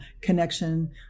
connection